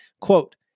Quote